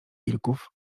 wilków